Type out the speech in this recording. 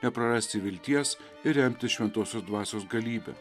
neprarasti vilties ir remtis šventosios dvasios galybe